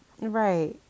Right